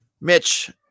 Mitch